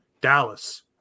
Dallas